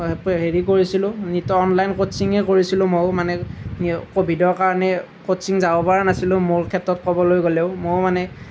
হেৰি কৰিছিলোঁ নীটৰ অনলাইন কোচিঙেই কৰিছিলোঁ ময়ো মানে কোভিডৰ কাৰণে কোচিং যাব পৰা নাছিলোঁ মোৰ ক্ষেত্ৰত ক'বলৈ গ'লেও ময়ো মানে